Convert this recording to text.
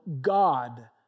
God